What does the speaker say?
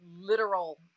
literal